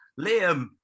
Liam